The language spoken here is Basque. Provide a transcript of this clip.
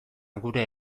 gure